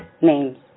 names